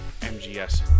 MGS